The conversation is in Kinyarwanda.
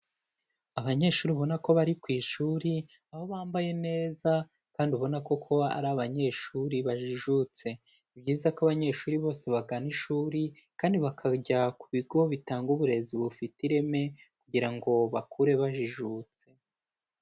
Abanyeshuri ubona ko bari ku ishuri, aho bambaye neza kandi ubona ko kuba ari abanyeshuri bajijutse. Ni byiza ko abanyeshuri bose bagana ishuri kandi bakajya ku bigo bitanga uburezi bufite ireme, kugira ngo bakure bajijutse.